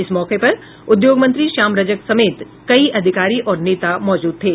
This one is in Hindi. इस मौके पर उद्योग मंत्री श्याम रजक समेत कई अधिकारी और नेता मौजूद थे